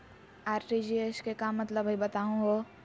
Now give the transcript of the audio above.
RTGS के का मतलब हई, बताहु हो?